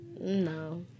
No